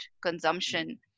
consumption